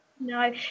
No